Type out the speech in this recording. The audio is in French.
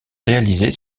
réalisés